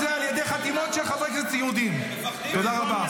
תודה רבה.